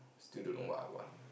still don't know what I want